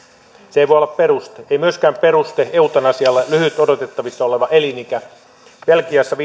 se ei voi olla peruste ei myöskään peruste eutanasialle ole lyhyt odotettavissa oleva elinikä belgiassa